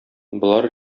болар